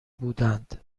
بودند